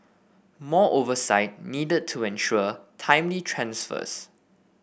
more oversight needed to ensure timely transfers